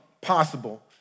possible